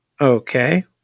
Okay